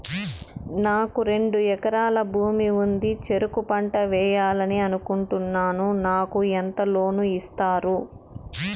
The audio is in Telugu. నాకు రెండు ఎకరాల భూమి ఉంది, చెరుకు పంట వేయాలని అనుకుంటున్నా, నాకు ఎంత లోను ఇస్తారు?